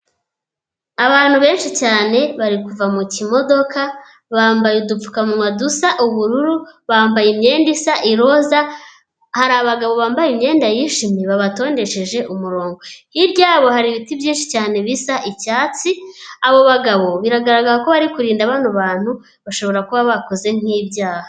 Abantu benshi cyane bari kuva mu kimodoka, bambaye udupfukamunwa dusa ubururu, bambaye imyenda isa iroza, hari abagabo bambaye imyenda yijimye babatondesheje umurongo. Hirya yabo hari ibiti byinshi cyane bisa icyatsi, abo bagabo biragaragara ko bari kurinda bano bantu bashobora kuba bakoze nk'ibyaha.